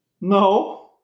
No